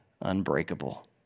unbreakable